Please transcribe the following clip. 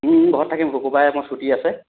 ঘৰত থাকিম শুকুৰবাৰে আমাৰ ছুটী আছে